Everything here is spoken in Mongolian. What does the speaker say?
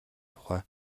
тухай